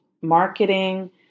marketing